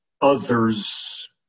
Others